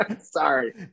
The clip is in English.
Sorry